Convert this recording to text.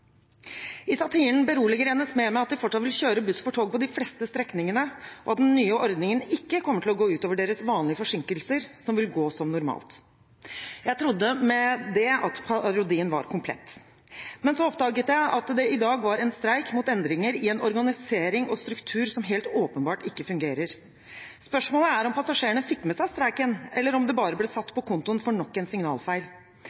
I satiren beroliger NSB med at de fortsatt vil kjøre Buss for tog på de fleste strekningene, og at den nye ordningen ikke kommer til å gå ut over deres vanlige forsinkelser, som vil gå som normalt. Jeg trodde med det at parodien var komplett. Men så oppdaget jeg at det i dag var en streik mot endringer i en organisering og struktur som helt åpenbart ikke fungerer. Spørsmålet er om passasjerene fikk med seg streiken, eller om det bare ble satt på kontoen for nok en signalfeil.